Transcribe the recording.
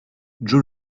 joe